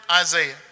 Isaiah